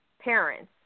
parents